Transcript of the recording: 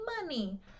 money